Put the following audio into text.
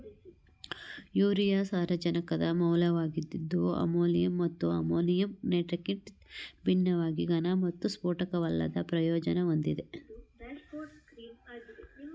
urea ಸಾರಜನಕದ ಮೂಲವಾಗಿದ್ದು ammonia ಮತ್ತು ಅಮೋನಿಯಂ ನೈಟ್ರೇಟ್ಗಿಂತ ಭಿನ್ನವಾಗಿ ಘನ ಮತ್ತು ಸ್ಫೋಟಕವಲ್ಲದ ಪ್ರಯೋಜನ ಹೊಂದಿದೆ